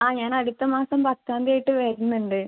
ആ ഞാനടുത്ത മാസം പത്താം തീയതി ആയിട്ട് വരുന്നുണ്ട്